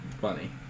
funny